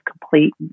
complete